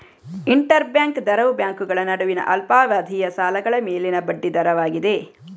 inter bank ದರವು ಬ್ಯಾಂಕುಗಳ ನಡುವಿನ ಅಲ್ಪಾವಧಿಯ ಸಾಲಗಳ ಮೇಲಿನ ಬಡ್ಡಿ ದರವಾಗಿದೆ